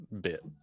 bit